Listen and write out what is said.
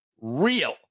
real